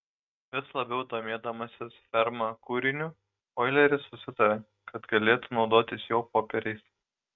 vis labiau domėdamasis ferma kūriniu oileris susitarė kad galėtų naudotis jo popieriais